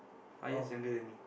five years younger than me